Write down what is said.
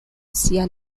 siaj